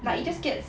but it just gets